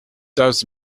does